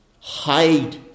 hide